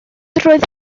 roedd